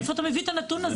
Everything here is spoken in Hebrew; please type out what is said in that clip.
מאיפה אתה מביא את הנתון הזה?